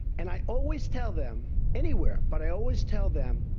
and i always tell them anywhere but i always tell them,